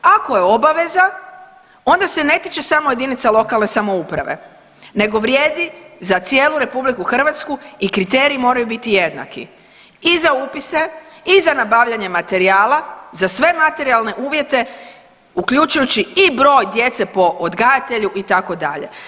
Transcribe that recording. Ako je obaveza onda se ne tiče samo jedinica lokalne samouprave, nego vrijedi za cijelu Republiku Hrvatsku i kriteriji moraju biti jednaki i za upise, i za nabavljanje materijala, za sve materijalne uvjete uključujući i broj djece po odgajatelju itd.